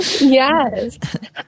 Yes